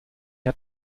hat